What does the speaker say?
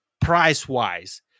Price-wise